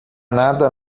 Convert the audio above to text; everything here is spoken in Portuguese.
nada